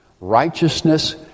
righteousness